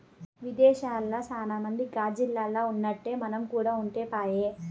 విదేశాల్ల సాన మంది గాజిల్లల్ల ఉన్నట్టే మనం కూడా ఉంటే పాయె